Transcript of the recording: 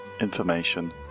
information